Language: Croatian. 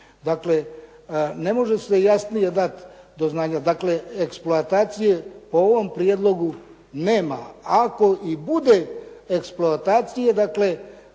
Dakle, ne može se jasnije dati do znanja, dakle eksploatacije po ovom prijedlogu nema, ako i bude eksploatacije bit